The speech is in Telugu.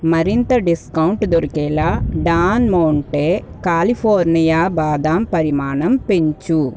మరింత డిస్కౌంట్ దొరికేలా డాన్ మౌన్టే కాలిఫోర్నియా బాదాం పరిమాణం పెంచు